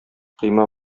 койма